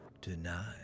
tonight